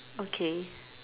okay